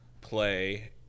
play